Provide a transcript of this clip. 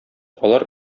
алар